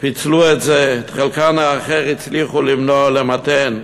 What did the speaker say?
פיצלו את זה, את חלקם האחר הצליחו למנוע או למתן,